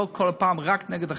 לא כל פעם רק נגד החרדים.